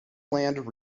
land